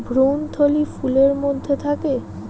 ভ্রূণথলি ফুলের মধ্যে থাকে